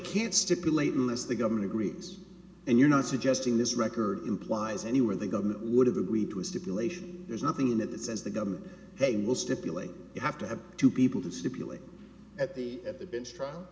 can't stipulate unless the government agrees and you're not suggesting this record implies any where the government would have agreed to a stipulation there's nothing in it that says the government they will stipulate you have to have two people to stipulate at the at the bench trial